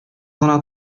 гына